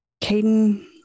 Caden